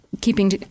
keeping